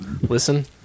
listen